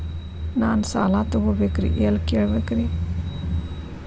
ನಾನು ಸಾಲ ತೊಗೋಬೇಕ್ರಿ ಎಲ್ಲ ಕೇಳಬೇಕ್ರಿ?